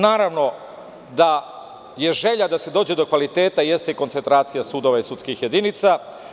Naravno da želja da se dođe do kvaliteta je koncentracija sudova i sudskih jedinica.